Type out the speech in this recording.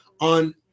on